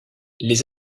les